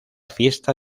fiesta